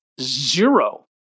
zero